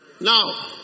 Now